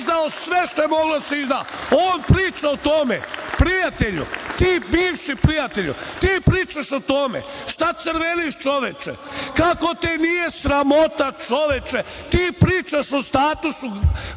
izdao sve što je moglo da se izda! On priča o tome! Prijatelju, ti bivši prijatelju, ti pričaš o tome! Šta crveniš, čoveče? Kako te nije sramota čoveče? Ti pričaš o statusu